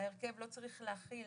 ההרכב לא צריך להכיל